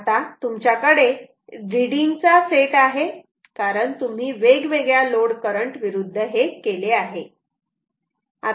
आता तुमच्याकडे रिडींग चा सेट आहे कारण तुम्ही वेगवेगळ्या लोड करंट विरुद्ध केले आहे